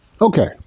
okay